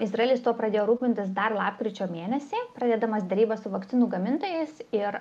izraelis to pradėjo rūpintis dar lapkričio mėnesį pradėdamas derybas su vakcinų gamintojais ir